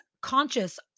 conscious